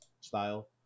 style